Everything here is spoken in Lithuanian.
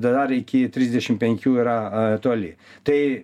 dar iki trisdešim penkių yra toli tai